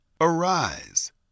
Arise